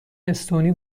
استونی